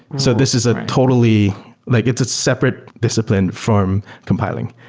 so this is a totally like it's a separate discipline from compiling.